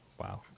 Wow